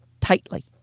tightly